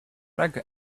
like